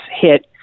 hit